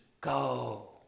go